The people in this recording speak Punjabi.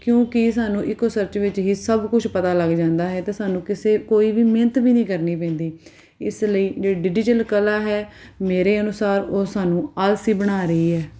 ਕਿਉਂਕਿ ਸਾਨੂੰ ਇੱਕੋ ਸਰਚ ਵਿੱਚ ਹੀ ਸਭ ਕੁਛ ਪਤਾ ਲੱਗ ਜਾਂਦਾ ਹੈ ਅਤੇ ਸਾਨੂੰ ਕਿਸੇ ਕੋਈ ਵੀ ਮਿਹਨਤ ਵੀ ਨਹੀਂ ਕਰਨੀ ਪੈਂਦੀ ਇਸ ਲਈ ਜਿਹੜੀ ਡਿਜੀਟਲ ਕਲਾ ਹੈ ਮੇਰੇ ਅਨੁਸਾਰ ਉਹ ਸਾਨੂੰ ਆਲਸੀ ਬਣਾ ਰਹੀ ਹੈ